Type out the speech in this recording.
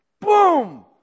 Boom